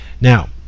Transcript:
Now